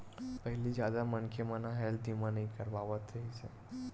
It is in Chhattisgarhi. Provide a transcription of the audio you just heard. पहिली जादा मनखे मन ह हेल्थ बीमा नइ करवात रिहिस हे